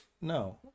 No